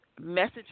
message